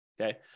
Okay